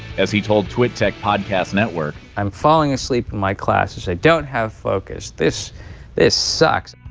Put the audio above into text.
as he told twit tech podcast network, i'm falling asleep in my classes. i don't have focus. this this sucks.